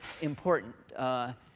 important